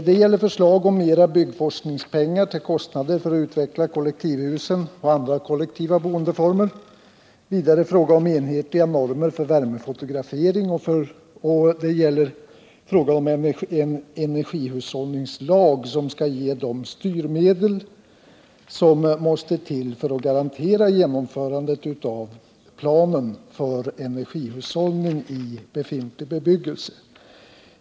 Det gäller förslag om mera byggforskningspengar till kostnader för att utveckla kollektivhusen och andra kollektiva boendeformer, frågan om enhetliga normer för värmefotografering och förslaget om en energihushållningslag som skall ge de styrmedel som måste till för att garantera genomförandet av planen för energihushållning i befintlig bebyggelse.